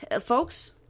folks